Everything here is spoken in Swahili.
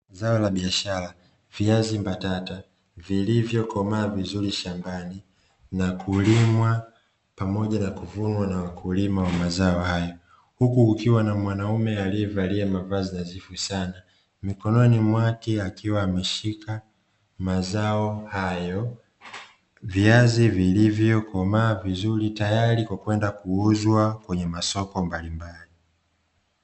Zao la biashara, viazi mbatata vilivyokomaa vizuri shambani na kulimwa pamoja na kuvunwa na wakulima wa mazao haya, huku kukiwa na mwanaume aliyevalia mavazi nadhifu sana mikononi mwake akiwa ameshika mazao hayo. Viazi vilivyokomaa vizuri tayari kwa kwenda kuuzwa kwenye masoko mbalimbali.